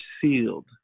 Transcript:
sealed